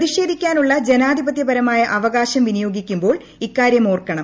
പ്രതിഷേധിക്കാനുള്ള ജനാധിപത്യപരമായ അവകാശം വിനിയോഗിക്കുമ്പോൾ ഇക്കാര്യം ഓർക്കണം